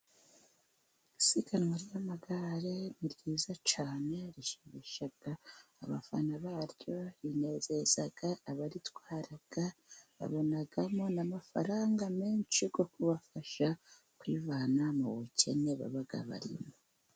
Isiganwa ry'amagare ni ryiza cyane, rishimisha abafana baryo, rinezeza abaritwara, babonamo n'amafaranga menshi yo kubafasha kwivana mu bukene baba barimo.